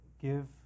Give